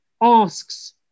asks